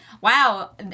wow